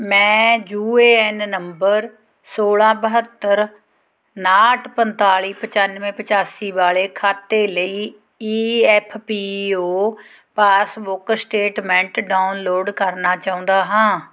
ਮੈਂ U A N number ਸੌਲ੍ਹਾਂ ਬਹੱਤਰ ਉਣਾਹਠ ਪੰਤਾਲੀ ਪਚਾਨਵੇਂ ਪਚਾਸੀ ਵਾਲੇ ਖਾਤੇ ਲਈ E F P O passbook statement download ਕਰਨਾ ਚਾਹੁੰਦਾ ਹਾਂ